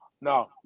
no